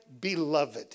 beloved